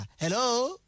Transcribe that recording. Hello